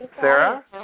Sarah